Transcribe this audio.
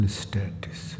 status